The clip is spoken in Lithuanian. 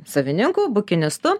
savininku bukinistu